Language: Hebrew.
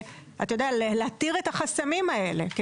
להתיר את החסמים האלה,